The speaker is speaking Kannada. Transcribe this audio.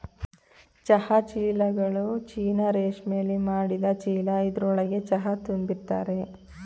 ಚಹಾ ಚೀಲ್ಗಳು ಚೀನಾ ರೇಶ್ಮೆಲಿ ಮಾಡಿದ್ ಚೀಲ ಇದ್ರೊಳ್ಗೆ ಚಹಾ ತುಂಬಿರ್ತರೆ